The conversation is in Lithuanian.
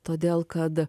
todėl kad